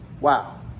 Wow